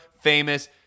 FAMOUS